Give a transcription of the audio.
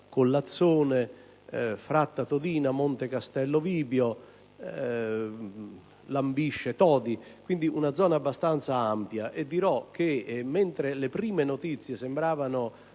Collazzone, Fratta Todina, Monte Castello di Vibio e lambisce Todi. Quindi, è una zona abbastanza ampia. Mentre le prime notizie sembravano